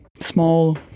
small